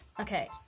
Okay